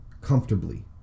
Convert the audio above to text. comfortably